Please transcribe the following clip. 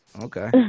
Okay